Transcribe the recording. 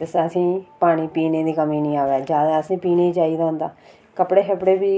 ते असेंई पानी पीने दी कमी नि आवै ज्यादा असें पीने चाहिदा होंदा कपड़े शपड़े वि